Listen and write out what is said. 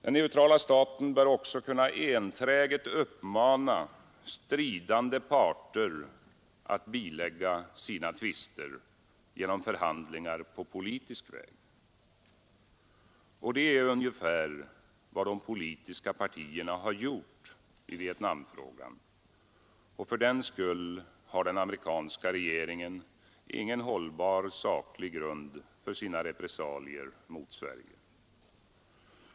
Den neutrala staten bör också kunna enträget uppmana stridande parter att bilägga sina tvister genom förhandlingar på politisk väg. Detta är ungefär vad de politiska partierna har gjort i Vietnamfrågan och fördenskull har den amerikanska regeringen ingen hållbar saklig grund för sina repressalier mot Sverige.